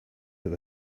that